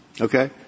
Okay